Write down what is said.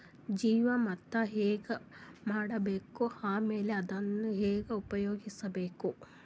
ಜೀವಾಮೃತ ಹೆಂಗ ಮಾಡಬೇಕು ಆಮೇಲೆ ಅದನ್ನ ಹೆಂಗ ಉಪಯೋಗಿಸಬೇಕು?